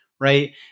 right